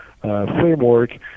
framework